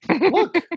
look